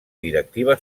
directiva